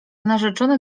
narzeczony